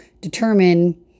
determine